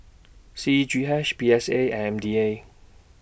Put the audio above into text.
C G H P S A M D A